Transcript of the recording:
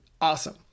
awesome